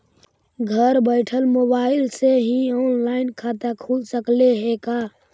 घर बैठल मोबाईल से ही औनलाइन खाता खुल सकले हे का?